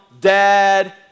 dad